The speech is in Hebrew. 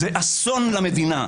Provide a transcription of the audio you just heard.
זה אסון למדינה.